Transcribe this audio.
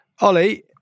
Ollie